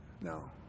No